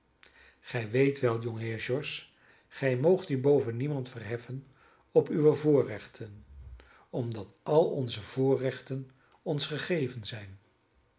gij weet wel jongeheer george gij moogt u boven niemand verheffen op uwe voorrechten omdat al onze voorrechten ons gegeven zijn